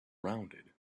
rounded